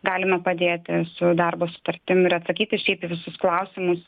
galime padėti su darbo sutartim ir atsakyti šiaip visus klausimus